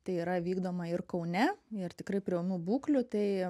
tai yra vykdoma ir kaune ir tikrai prie ūmių būklių tai